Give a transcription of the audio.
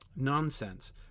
Nonsense